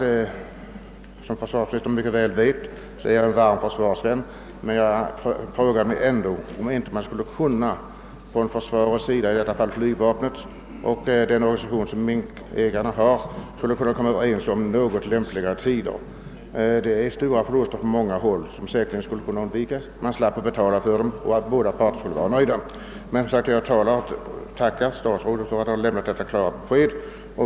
Såsom försvarsministern mycket väl vet är jag en varm försvarsvän, men frågan är ändå om inte försvaret, i detta fall flygvapnet, och den organisation som företräder minkgårdsägarna skulle kunna komma överens om något lämpligare tider för flygövningar. Det uppstår nu stora förluster på många håll som genom en sådan överenskommelse säkerligen skulle kunna undvikas. Flygvapnet skulle då slippa betala ut ersättningar för sådana skador och båda parter skulle vara nöjda. Jag tackar statsrådet för att han lämnat detta klara besked.